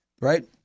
right